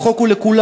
החוק הוא לכולם.